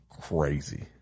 crazy